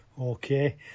Okay